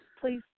Please